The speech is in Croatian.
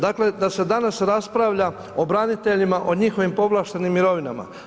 Dakle da se danas raspravlja o braniteljima, o njihovim povlaštenim mirovinama.